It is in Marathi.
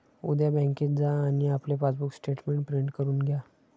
उद्या बँकेत जा आणि आपले पासबुक स्टेटमेंट प्रिंट करून घ्या